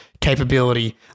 capability